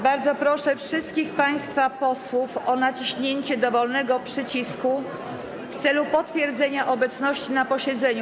Bardzo proszę wszystkich państwa posłów o naciśnięcie dowolnego przycisku w celu potwierdzenia obecności na posiedzeniu.